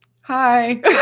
Hi